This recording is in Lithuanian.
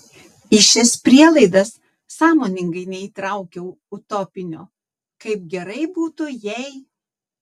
į šias prielaidas sąmoningai neįtraukiau utopinio kaip gerai būtų jei